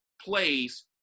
plays